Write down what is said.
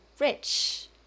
rich